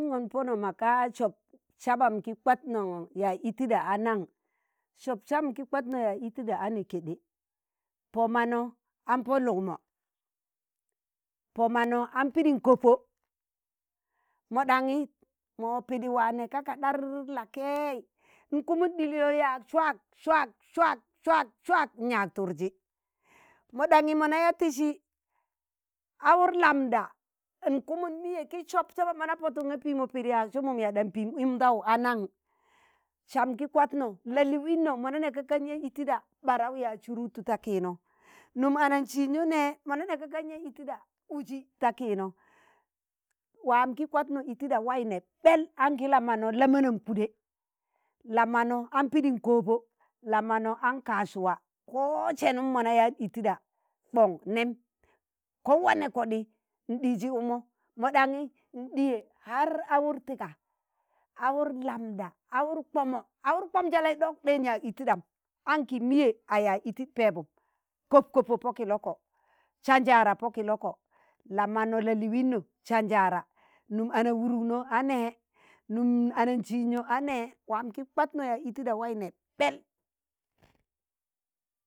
mazunọn pono maka sob sabam ki kwatno yaaz itiɗa anan sop sam ki kwatno yaaz itida ne keɗe. pọ manọ an po lugmọ, pọ manọ a pidin koppo, mo ɗanyi mo pidi waa neji ka ka ɗar la'keị nkumun ɗil yo yaag swaag, swaag, swaag, swaag, swaag nyaag turji mọ ɗanyi mọ na ya tisi awaạr lambɗa, nkumun miye ki sọb saba mọ na pọtạ nga piimo pid yaag sumun yaa ɗam pim umjau a naṇ sam gi kwatno la'liino mọ na nẹga kan ya itiɗa barau yaaz surutu ta kiino num anan siijnọ nẹ mo na nẹga gan yaa itiɗa uji ta kiinọ waam ki kwatnọ itiɗa wai nẹ ɓẹl angi lamano la'manam kuɗe, la mano an pidim koobo, la'mano an kasuwa ko senum mo na yaan itiɗa koṇ nem kowanne koɗi ndiji ukmo mo ɗaṇyi nɗiye har awạr tiga awur lambɗa, awur kpọmọ, awạr kpọm sali ɗọk de n yaag itidam nki miye a yaaz iti pẹbum kop- kopo pọ kilọkọ, sanjaara pọ kilọkọ, la manọ la liino sanjaara num ana wurugno a nee, num anan sijno a nẹ waam ki kwatnọ yaaz itida wai nẹ ɓẹl,